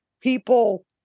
people